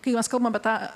kai mes kalbam apie tą